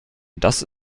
das